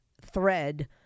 thread